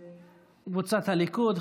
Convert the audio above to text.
קבוצת סיעת הליכוד,